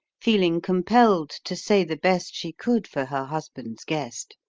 feeling compelled to say the best she could for her husband's guest.